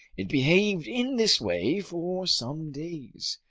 it behaved in this way for some days.